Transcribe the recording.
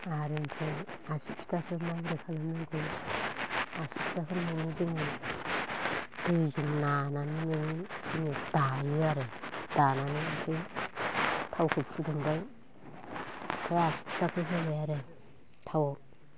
आरो ओमफ्राय आसि फिथाखो माबोरै खालाम नांगौ आसि फिथाखौ मानि जोङो दैजों नानानै जों दायो आरो दानानै बे थावखौ फुदुंबाय आमफ्राय बे आसि फिथाखौ होबाय आरो थावआव